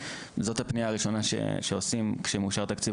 זאת הפנייה הראשונה שעושים כשמאושר תקציב